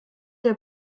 der